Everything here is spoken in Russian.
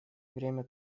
время